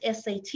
SAT